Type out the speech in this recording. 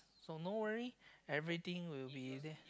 so no worry everything will be there